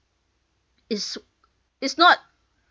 is is not